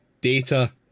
data